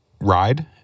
ride